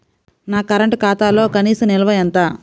నా కరెంట్ ఖాతాలో కనీస నిల్వ ఎంత?